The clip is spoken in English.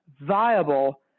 viable